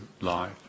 life